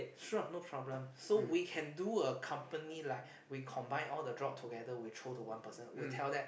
sure no problem so we can do a company like we combine all the job together we throw to one person we tell that